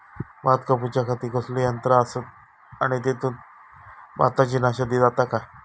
भात कापूच्या खाती कसले यांत्रा आसत आणि तेतुत भाताची नाशादी जाता काय?